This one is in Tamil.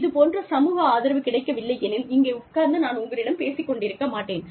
இதுபோன்ற சமூக ஆதரவு கிடைக்கவில்லை எனில் இங்கே உட்கார்ந்து நான் உங்களிடம் பேசிக் கொண்டிருக்க மாட்டேன்